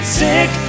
sick